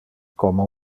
como